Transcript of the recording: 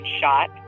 shot